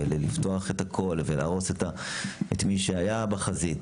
ולפתוח את הכול ולהרוס את מי שהיה בחזית,